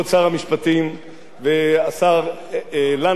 והשר לנדאו, אוהב ארץ-ישראל גדול,